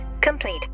complete